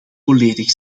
volledig